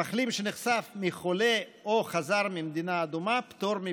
שנחשף לחולה או חזר ממדינה אדומה פטור מבידוד.